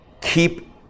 keep